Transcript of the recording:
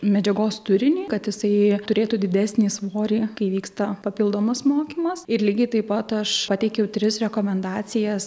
medžiagos turinį kad jisai turėtų didesnį svorį kai vyksta papildomas mokymas ir lygiai taip pat aš pateikiau tris rekomendacijas